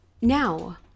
Now